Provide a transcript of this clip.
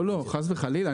לא, חס וחלילה.